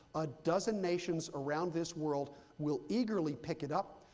a dozen nations around this world will eagerly pick it up,